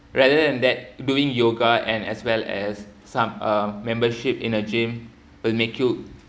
rather than that doing yoga and as well as some uh membership in a gym will make you